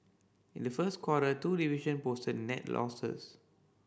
in the first quarter two division posted net losses